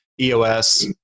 EOS